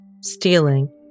stealing